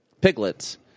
piglets